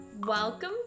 Welcome